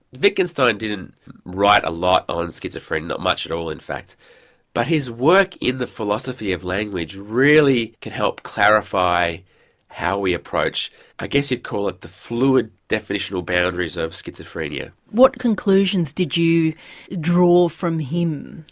wittgenstein didn't write a lot on schizophrenia, not much at all in fact but his work in the philosophy of language really can help clarify how we approach i guess you would call it the fluid definitional boundaries of schizophrenia. what conclusions did you draw from him?